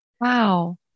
Wow